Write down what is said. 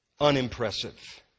unimpressive